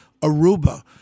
Aruba